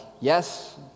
yes